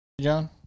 John